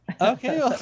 Okay